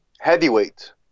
heavyweight